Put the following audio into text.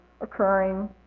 occurring